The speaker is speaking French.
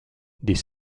des